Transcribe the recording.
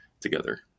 together